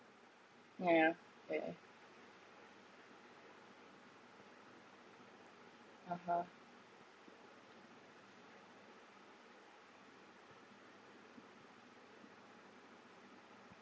yeah eh (uh huh)